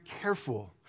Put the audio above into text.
careful